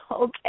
okay